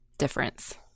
difference